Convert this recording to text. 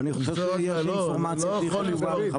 אתה לא יכול לפתוח דיון.